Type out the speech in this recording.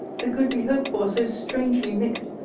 the good we hope for, so strangely mixed,